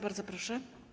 Bardzo proszę.